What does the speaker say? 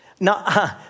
Now